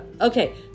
Okay